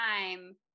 time